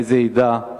לאיזה עדה,